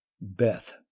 Beth